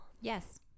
yes